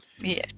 Yes